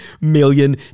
million